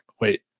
wait